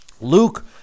Luke